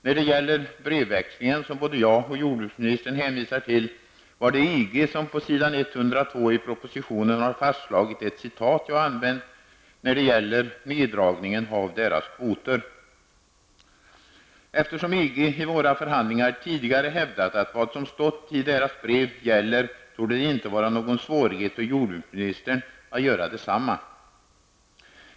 När det gäller brevväxlingen, som både jag och jordbruksministern hänvisar till, är det EG som står bakom de formuleringar på s. 102 i propositionen rörande en neddragning av deras kvoter som jag har citerat i min interpellation. Eftersom EG i dessa förhandlingar tidigare hävdat att vad som stått i deras brev gäller, torde det inte vara någon svårighet för jordbruksministern att hävda detsamma.